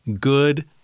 good